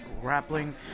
grappling